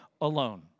alone